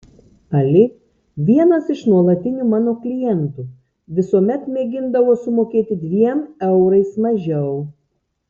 ali vienas iš nuolatinių mano klientų visuomet mėgindavo sumokėti dviem eurais mažiau